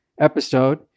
episode